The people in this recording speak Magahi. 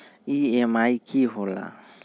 ई.एम.आई की होला?